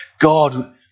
God